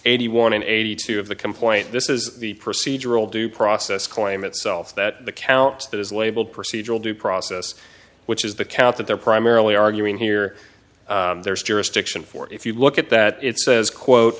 eighty one eighty two of the complaint this is the procedural due process claim itself that the count that is labeled procedural due process which is the count that they're primarily arguing here there's jurisdiction for if you look at that it says quote